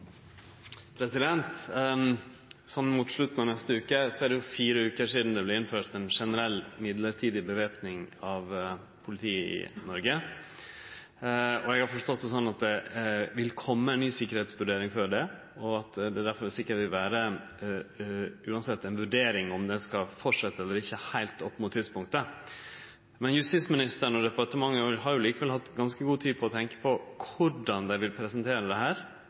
Mot slutten av neste veke er det fire veker sidan det vart innført ei generell mellombels væpning av politiet i Noreg. Eg har forstått det slik at det vil kome ei ny sikkerheitsvurdering før det, og at det derfor sikkert uansett vil vere ei vurdering om den skal fortsetje eller ikkje heilt opp mot tidspunktet. Justisministeren og departementet har likevel hatt ganske god tid på å tenkje på korleis dei vil presentere dette, korleis dei vil sørgje for ein open debatt rundt det,